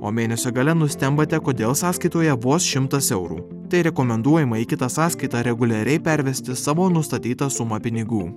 o mėnesio gale nustembate kodėl sąskaitoje vos šimtas eurų tai rekomenduojama į kitą sąskaitą reguliariai pervesti savo nustatytą sumą pinigų